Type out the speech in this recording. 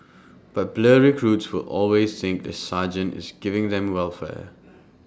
but blur recruits will always think the sergeant is giving them welfare